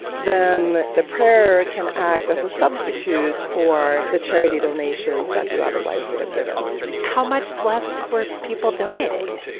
then the prayer can act as a substitute for the charity donations that you otherwise would've given how much less were people donating?